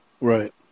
Right